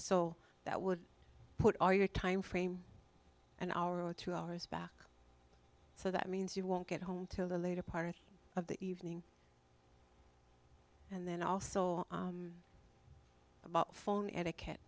so that would put all your time frame an hour or two hours back so that means you won't get home till the later part of the evening and then also the phone etiquette